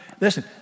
listen